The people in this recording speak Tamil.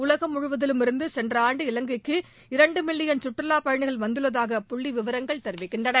உலகம் முழுவதிலிமிருந்து சென்ற ஆண்டு இலங்கைக்கு இரண்டு மில்லியன் சுற்றுலா பயணிகள் வந்துள்ளதாக புள்ளி விவரங்கள் தெரிவிக்கின்றன